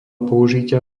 použitia